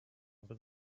over